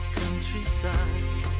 countryside